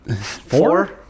four